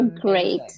great